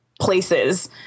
places